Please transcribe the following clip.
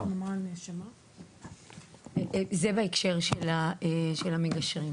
זה בהקשר של המגשרים.